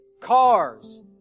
cars